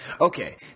okay